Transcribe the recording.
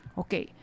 okay